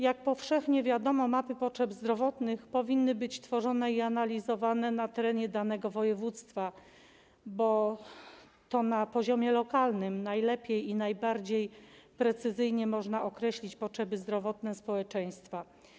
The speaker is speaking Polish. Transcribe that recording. Jak powszechnie wiadomo, mapy potrzeb zdrowotnych powinny być tworzone i analizowane na terenie danego województwa, bo to na poziomie lokalnym najlepiej i najbardziej precyzyjnie można określić potrzeby zdrowotne społeczeństwa.